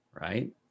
right